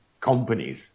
companies